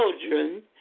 children